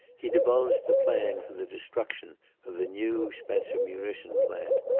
he divulged the plan for the destruction of the new spencer munition plant.